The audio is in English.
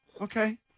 Okay